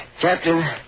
Captain